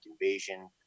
invasion